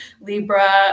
Libra